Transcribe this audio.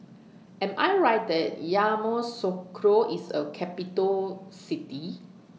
Am I Right that Yamoussoukro IS A Capital City